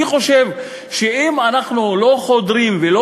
אני חושב שאם אנחנו לא חודרים ולא